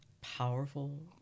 powerful